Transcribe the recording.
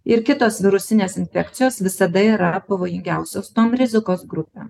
ir kitos virusinės infekcijos visada yra pavojingiausios tom rizikos grupėm